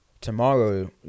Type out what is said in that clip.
tomorrow